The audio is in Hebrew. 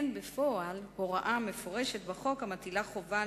אך אין בפועל הוראה מפורשת בחוק המטילה חובה